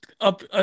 Up